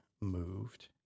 moved